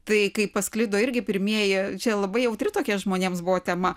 tai kai pasklido irgi pirmieji čia labai jautri tokia žmonėms buvo tema